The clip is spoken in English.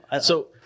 So-